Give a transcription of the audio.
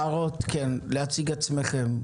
הערות בבקשה, להציג את עצמכם.